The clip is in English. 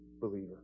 believer